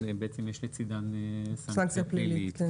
יש בצדן סנקציה פלילית.